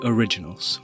Originals